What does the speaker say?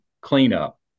cleanup